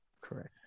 Correct